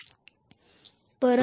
तेव्हा मला L didt